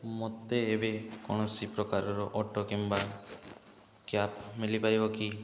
ମୋତେ ଏବେ କୌଣସି ପ୍ରକାରର ଅଟୋ କିମ୍ବା କ୍ୟାବ୍ ମିଳିପାରିବ କି